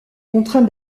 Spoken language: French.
contraint